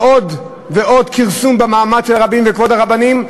ועוד ועוד כרסום במעמד הרבנים ובכבוד הרבנים,